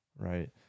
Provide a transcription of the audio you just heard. right